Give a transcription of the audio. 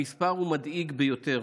המספר מדאיג ביותר: